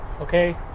Okay